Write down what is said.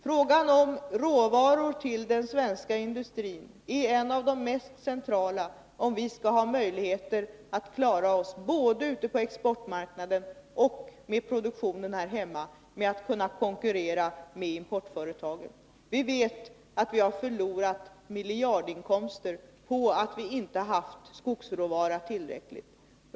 Frågan om råvaror till den svenska skogsindustrin är en av de mest centrala om vi skall ha möjligheter att klara oss både ute på exportmarknaden och på hemmamarknaden när det gäller att konkurrera med importföretag. Vi vet att vi förlorat miljardinkomster på att vi inte haft skogsråvara tillräckligt.